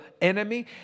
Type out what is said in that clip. enemy